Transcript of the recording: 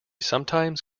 sometimes